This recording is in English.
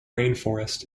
rainforest